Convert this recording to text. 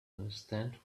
understand